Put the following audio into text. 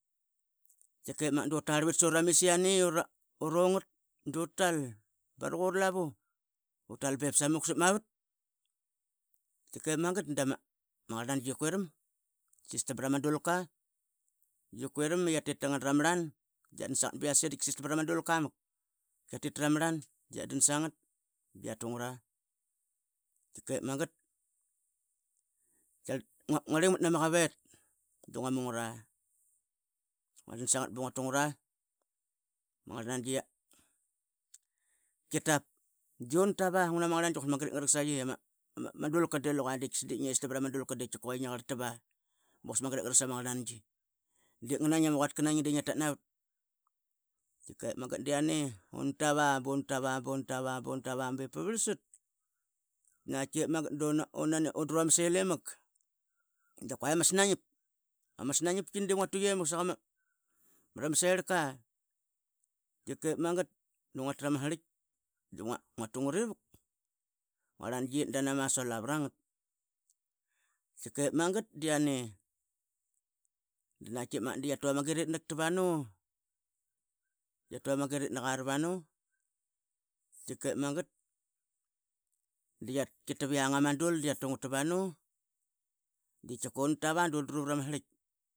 Tkike magat dutarvit su ra mis iane urongat dartal barak uralavu bip samuk sap ma vat tkike magat dama ngarangi tkia quiram tki sislam prama dulka tkiquiram ia titi tara marlan diadan biatungra. Dip magat dungna rlingln nama qavetdungua dan sangat bungna tungura, ma ngamangi tki tav a di una tava I quasik magat ip ngaraksaiqi iam dulka di luqu di que di ngestam prama dulka di que ngia karltava ba quasik magat ip gingsama ngarnangi dinganaingi di ngia tatnavat. Tkik magat diane duna tava buna tava bunatava buntava bip prlasat naqatki magat dudra ama sel imak da qua iama ssnaingap ama snaingapki di ngua tuqi mak maramaserlka dip magat dunga trama sirlitk dunga tungat ivuk mangarnangi tki dan na nama sol a prangat tkike magat diane danaktk magat dia tu ama giritnak aravanu, tkikep magat di yi tap iang ama dul dia tungat tavanu unatava dudru prama sirlit.